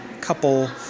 Couple